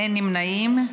גברתי,